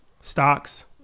Stocks